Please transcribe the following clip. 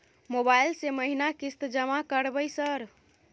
Mobile से महीना किस्त जमा करबै सर?